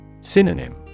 Synonym